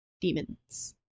Demons